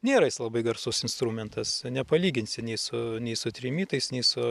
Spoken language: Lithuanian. nėra jis labai garsus instrumentas nepalyginsi nei su nei su trimitais nei su